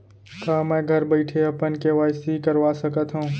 का मैं घर बइठे अपन के.वाई.सी करवा सकत हव?